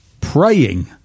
praying